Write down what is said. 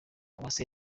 uwase